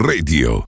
Radio